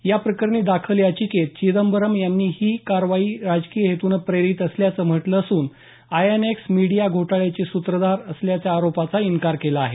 या प्रकरणी दाखल याचिकेत चिदंबरम यांनी ही कारवाई राजकीय हेत्नं प्रेरित असल्याचं म्हटलं असून आयएनएक्स मीडिया घोटाळ्याचे सूत्रधार असल्याच्या आरोपाचा इन्कार केला आहे